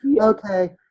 Okay